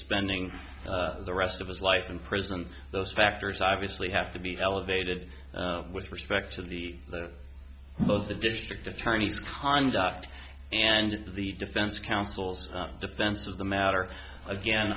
spending the rest of his life in prison and those factors obviously have to be elevated with respect to the both the district attorney's conduct and the defense counsel's defense of the matter again